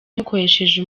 mukoresheje